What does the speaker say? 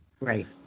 Right